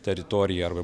teritoriją arba